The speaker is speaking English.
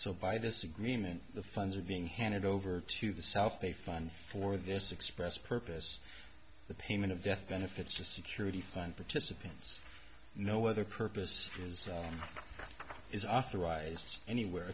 so by this agreement the funds are being handed over to the south a fund for this express purpose the payment of death benefits to security fund participants no other purpose is is authorized anywhere